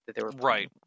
Right